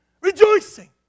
rejoicing